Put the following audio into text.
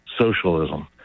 socialism